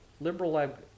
liberal